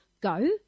go